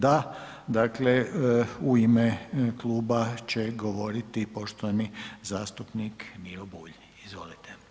Da, dakle u ime kluba će govoriti poštovani zastupnik Miro Bulj, izvolite.